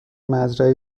مزرعه